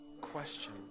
question